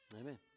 Amen